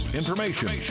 information